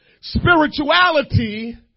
Spirituality